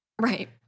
Right